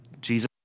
Jesus